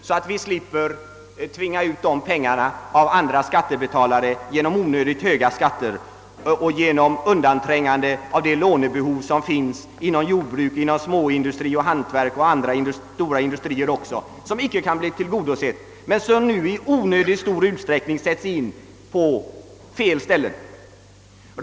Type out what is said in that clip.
Man slipper då att tvinga andra skattebetalare att betala onödigt höga skatter genom att man undantränger andra lånebehov inom jordbruk, småindustri, hantverk och storindustri. Dessa krediter sätts nu i stor utsträckning in på fel ställe.